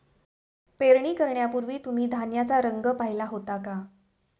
पेरणी करण्यापूर्वी तुम्ही धान्याचा रंग पाहीला होता का?